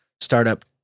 startup